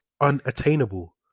unattainable